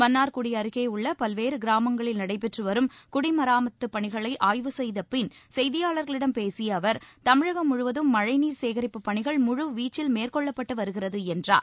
மன்னார்குடி அருகே உள்ள பல்வேறு கிராமங்களில் நடைபெற்று வரும் குடிமராமத்துப் பணிகளை ஆய்வு செய்தபின் செய்தியாளர்களிடம் பேசிய அவர் தமிழகம் முழுவதும் மழைநீர் சேகரிப்புப் பணிகள் முழுவீச்சில் மேற்கொள்ளப்பட்டு வருகிறது என்றார்